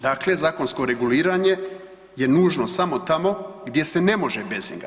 Dakle, zakonsko reguliranje je nužno samo tamo gdje se ne može bez njega.